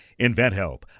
InventHelp